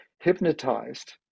hypnotized